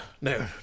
No